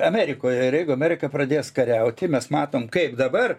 amerikoje ir jeigu amerika pradės kariauti mes matom kaip dabar